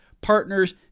Partners